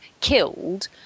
killed